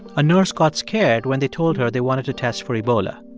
a nurse got scared when they told her they wanted to test for ebola.